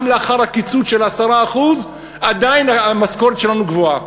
גם לאחר קיצוץ של 10% עדיין המשכורת שלנו גבוהה.